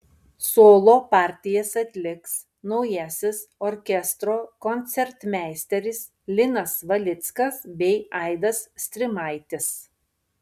solo partijas atliks naujasis orkestro koncertmeisteris linas valickas bei aidas strimaitis